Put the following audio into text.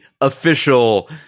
official